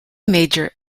major